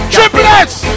Triplets